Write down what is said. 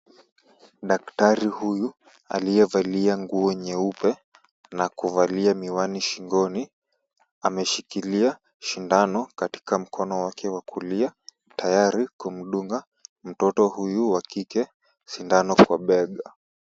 Daktari huyu aliyevalia nguo nyeupe na kuvalia miwani shingoni, ameshikilia sindano katika mkono wake wa kulia tayari kumdunga mtoto huyu wa kike sindano kwa bega.